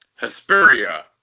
Hesperia